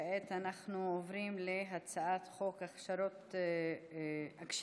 כעת אנחנו עוברים להצעת חוק הכשרות המשפטית